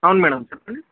అవును మేడమ్ చెప్పండి